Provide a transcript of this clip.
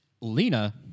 Lena